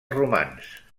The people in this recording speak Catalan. romans